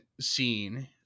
scene